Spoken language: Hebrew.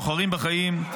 בוחרים בחיים,